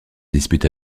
dispute